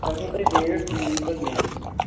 بہٕ کَرہو تۄہہِ ویٹ تُہۍ یِیِو پَتہٕ مےٚ سۭتۍ تہِ